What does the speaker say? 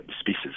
species